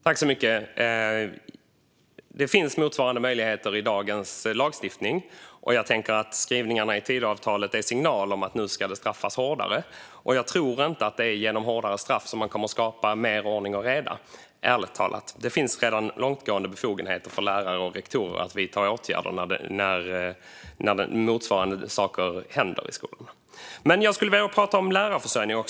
Fru talman! Det finns motsvarande möjligheter i dagens lagstiftning. Jag tänker att skrivningarna i Tidöavtalet är en signal om att straffen ska bli hårdare. Men ärligt talat tror jag inte att det är genom hårdare straff man skapar mer ordning och reda, och det finns redan långtgående befogenheter för lärare och rektorer att vidta åtgärder när saker händer i skolan. Låt mig också ta upp lärarförsörjningen.